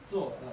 坐 ah